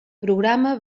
programa